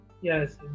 Yes